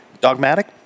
Dogmatic